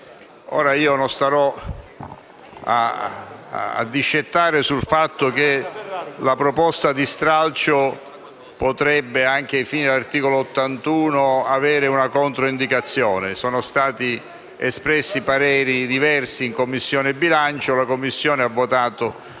Ora, non starò a discettare sul fatto che la proposta di stralcio potrebbe, anche ai fini dell'articolo 81 della Costituzione, avere una controindicazione; sono stati espressi pareri diversi in Commissione bilancio, la Commissione ha votato